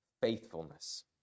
Faithfulness